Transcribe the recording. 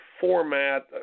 format